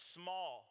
small